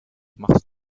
machst